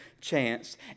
chance